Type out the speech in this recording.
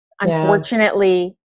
unfortunately